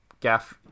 Gaff